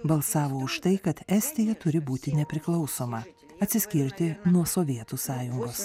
balsavo už tai kad estija turi būti nepriklausoma atsiskirti nuo sovietų sąjungos